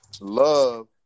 love